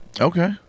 Okay